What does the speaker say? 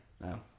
No